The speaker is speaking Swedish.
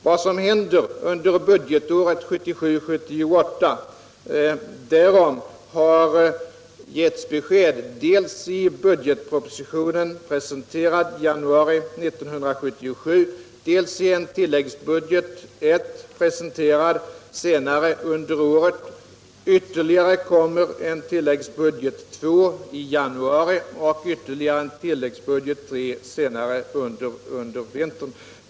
Vad som händer under budgetåret 1977/78 har det getts besked om dels i budgetpropositionen, presenterad i januari 1977, dels i tilläggsbudget I, presenterad senare under året. Tilläggsbudget II kommer i januari och ytterligare en tilläggsbudget senare under vintern.